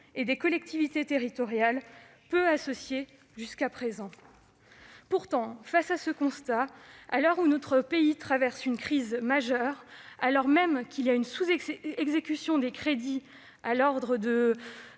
et des collectivités territoriales, peu associées jusqu'à présent. Pourtant, face à ce constat, à l'heure où notre pays traverse une crise majeure, alors même qu'il y a eu une sous-exécution des crédits de l'ordre de